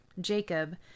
Jacob